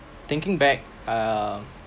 thinking back um